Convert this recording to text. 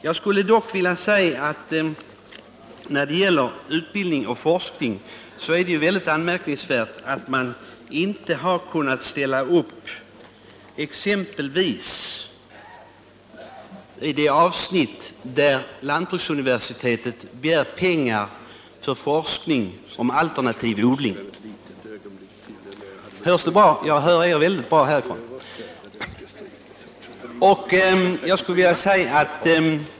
Jag tycker att när det gäller utbildning och forskning är det anmärkningsvärt att man inte har något att ställa upp, exempelvis i det avsnitt där lantbruksuniversitetet begär pengar för forskning om alternativ odling.